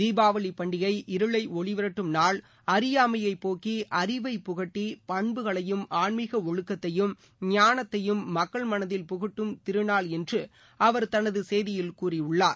தீபாவளி பண்டிகை இருளை ஒளி விரட்டும் நாள் அறியாமையை போக்கி அறிவைப் புகட்டி பண்புகளையும் ஆன்மீக ஒழுக்கத்தையும் ஞானத்தையும் மக்கள் மனதில் புகட்டும் திருநாள் என்று அவர் தனது செய்தியில் கூறியிருக்கிறார்